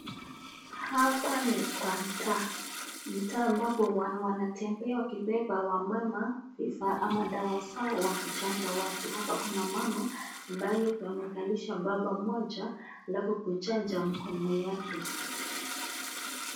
Hapa ni Kwa mtaa mtaa ambapo wanatembea wakipepa wamama vifaa ama dawa zao ya kujanjwa watu hapa Kuna mama ambaye amemkalisha baba moja alafu kujanja mkono wake.